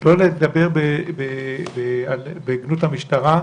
לא לדבר בגנות המשטרה.